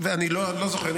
אני לא זוכר.